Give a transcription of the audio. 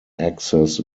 access